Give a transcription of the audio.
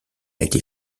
été